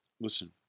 Listen